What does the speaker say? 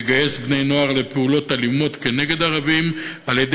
מגייס בני-נוער לפעולות אלימות נגד ערבים על-ידי